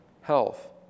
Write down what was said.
health